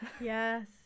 Yes